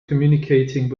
communicating